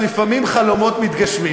שלפעמים חלומות מתגשמים,